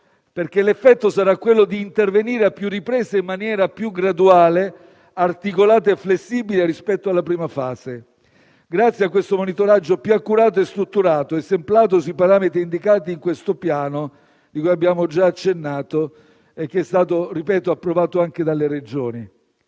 perché l'effetto sarà quello di intervenire a più riprese e in maniera più graduale, articolata e flessibile rispetto alla prima fase, grazie a un monitoraggio più accurato e strutturato, esemplato sui parametri indicati da questo piano, cui abbiamo già accennato e che, ripeto, è stato approvato anche dalle Regioni.